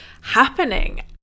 happening